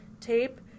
tape